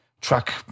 track